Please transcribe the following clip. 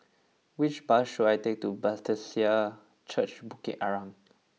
which bus should I take to Bethesda Church Bukit Arang